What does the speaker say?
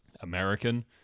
American